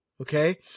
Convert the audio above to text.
Okay